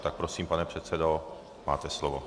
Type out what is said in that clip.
Tak prosím, pane předsedo, máte slovo.